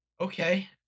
Okay